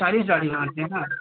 stylish दाढ़ी बनाते हैं न